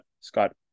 Scott